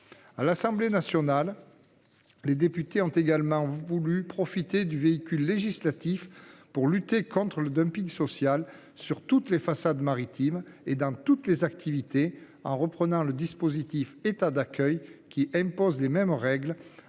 À l'Assemblée nationale, les députés ont souhaité profiter de ce véhicule législatif pour lutter contre le dumping social sur toutes les façades maritimes et dans toutes les activités en reprenant le dispositif de l'État d'accueil, qui impose les mêmes règles